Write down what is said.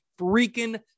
freaking